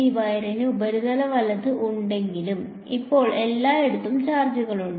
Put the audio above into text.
ഈ വയറിന് ഉപരിതല വലത് ഉണ്ടെങ്കിലും ഇപ്പോൾ എല്ലായിടത്തും ചാർജുകൾ ഉണ്ട്